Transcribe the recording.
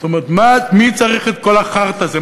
זאת אומרת, מי צריך את כל החארטה הזאת?